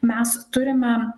mes turime